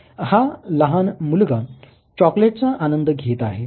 हा लहान मुलगा चोकलेटचा आनंद घेत आहे